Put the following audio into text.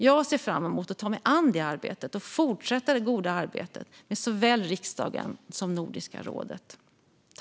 Jag ser fram emot att ta mig an detta arbete och fortsätta det goda arbetet med såväl riksdagen som Nordiska rådet.